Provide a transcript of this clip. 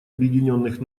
объединенных